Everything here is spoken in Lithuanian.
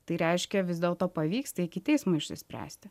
tai reiškia vis dėlto pavyksta iki teismo išsispręsti